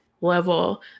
level